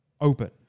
open